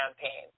campaign